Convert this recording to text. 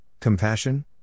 compassion